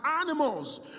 animals